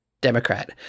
Democrat